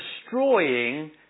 destroying